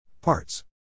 Parts